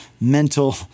mental